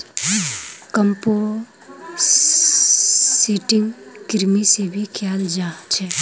composting कृमि से भी कियाल जा छे